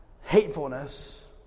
hatefulness